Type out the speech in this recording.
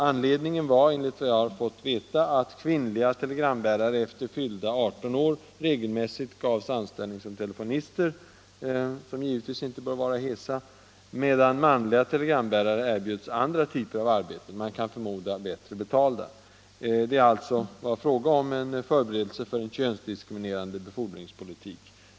Anledningen var, enligt vad jag fått veta, att kvinnliga telegramutbärare efter fyllda 18 år regelmässigt gavs anställning som telefonister — som givetvis inte bör lida av återkommande heshet - medan manliga telegramutbärare erbjöds andra typer av arbeten, man kan förmoda bättre betalda. Det var alltså fråga om en förberedelse för en könsdiskriminerande befordringspolitik.